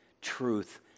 truth